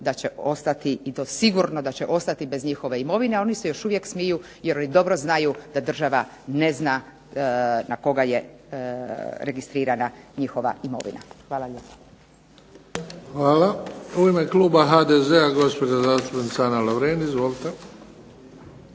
da će ostati, i to sigurno da će ostati bez njihove imovine. A oni se još uvijek smiju jer oni dobro znaju da država ne zna na koga je registrirana njihova imovina. Hvala lijepa. **Bebić, Luka (HDZ)** Hvala. U ime kluba HDZ-a gospođa zastupnica Ana Lovrin. Izvolite.